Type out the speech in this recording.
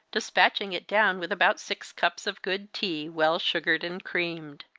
despatching it down with about six cups of good tea, well sugared and creamed.